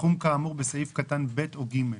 צמצום הפערים במתן שירותי הרפואה בין הפריפריה למרכז".